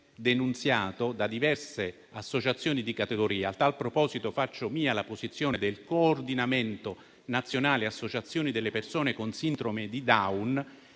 denunziato da diverse associazioni di categoria. A tal proposito, faccio mia la posizione del Coordinamento nazionale associazioni delle persone con sindrome di Down,